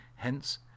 Hence